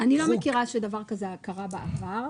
--- אני לא מכירה שדבר כזה קרה בעבר.